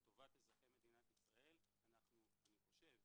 זה עדיין במסגרת התיקונים, אז אני מרשה לעצמי.